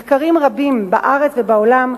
מחקרים רבים בארץ ובעולם,